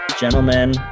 Gentlemen